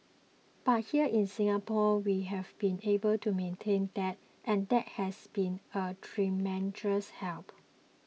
but here in Singapore we've been able to maintain that and that has been a tremendous help